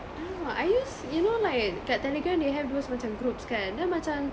I don't know I use you know like kat Telegram they have those macam groups kan then macam